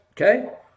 okay